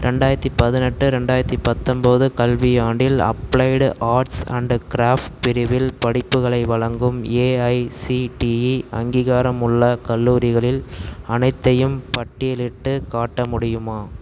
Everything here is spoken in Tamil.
ரெண்டாயிரத்தி பதினெட்டு ரெண்டாயிரத்தி பத்தொம்பது கல்வியாண்டில் அப்ளைடு ஆர்ட்ஸ் அண்ட் க்ராஃப்ட்ஸ் பிரிவில் படிப்புகளை வழங்கும் ஏஐசிடிஇ அங்கீகாரமுள்ள கல்லூரிகள் அனைத்தையும் பட்டியலிட்டுக் காட்ட முடியுமா